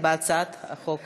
הצעת חוק